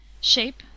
shape